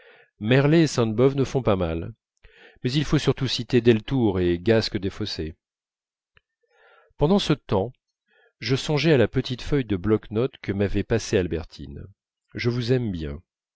ne font pas mal mais il faut surtout citer deltour et gascq desfossés pendant ce temps je songeais à la petite feuille de bloc notes que m'avait passée albertine je vous aime bien